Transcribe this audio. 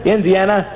Indiana